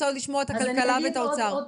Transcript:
רוצה להספיק לשמוע את משרד הכלכלה ואת משרד האוצר.